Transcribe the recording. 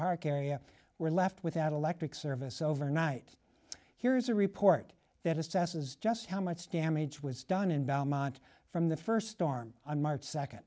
park area were left without electric service overnight here's a report that assesses just how much damage was done in belmont from the first storm on march second